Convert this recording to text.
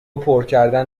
پرکردن